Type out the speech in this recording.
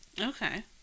Okay